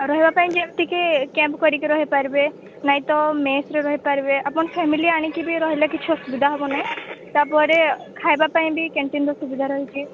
ରହିବା ପାଇଁ ଯେମିତିକି କ୍ୟାମ୍ପ କରିକି ରହିପାରିବେ ନାଇଁ ତ ମେସ୍ରେ ରହିପାରିବେ ଆପଣ ଫ୍ୟାମିଲି ଆଣିକି ବି ରହିଲେ କିଛି ଅସୁବିଧା ହବ ନି ତାପରେ ଖାଇବା ପାଇଁ ବି କ୍ୟାଣ୍ଟିନ୍ର ସୁବିଧା ରହିଛି